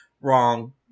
wrong